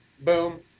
Boom